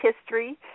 history